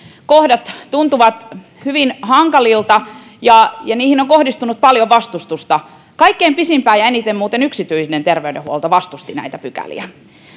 kohdat tuntuvat hyvin hankalilta ja ja niihin on kohdistunut paljon vastustusta kaikkein pisimpään ja eniten muuten yksityinen terveydenhuolto vastusti näitä pykäliä